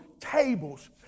tables